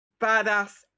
badass